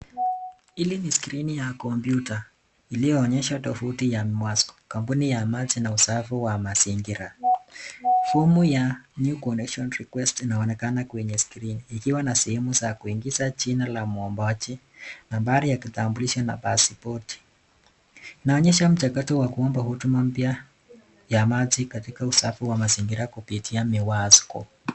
Hili ni skrini ya kompyuta iliyoonyesha tovuti ya MASCO , kampuni ya maji na usafi wa mazingira. Fomu ya new connection request inaonekana kwenye skrini, ikiwa na sehemu za kuingiza jina la mwombaji, nambari ya kitambulisho na pasipoti. Inaonyesha mchakato wa kuomba huduma mpya ya maji katika usafi wa mazingira kupitia miwazo.